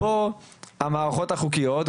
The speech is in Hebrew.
המערכות החוקיות,